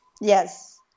Yes